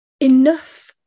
enough